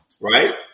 Right